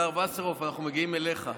השר וסרלאוף, אנחנו מגיעים אליך.